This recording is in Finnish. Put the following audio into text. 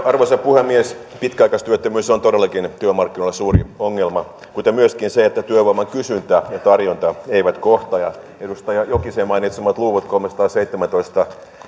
arvoisa puhemies pitkäaikaistyöttömyys on todellakin työmarkkinoilla suuri ongelma kuten myöskin se että työvoiman kysyntä ja tarjonta eivät kohtaa ja edustaja jokisen mainitsemat luvut kolmesataaseitsemäntoistatuhatta